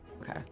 Okay